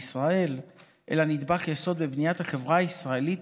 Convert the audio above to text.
ישראל אלא נדבך יסוד בבניית החברה הישראלית